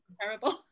terrible